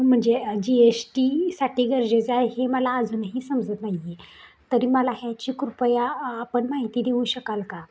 म्हणजे G S टीसाठी गरजेचं आहे हे मला अजूनही समजत नाही आहे तरी मला ह्याची कृपया आपण माहिती देऊ शकाल का